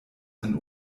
ein